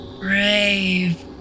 brave